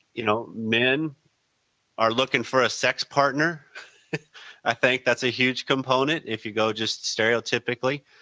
you know, men are looking for a sex partner i think that's a huge component if you go just stereotypically.